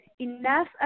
enough